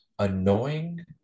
annoying